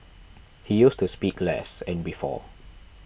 he used to speak less and before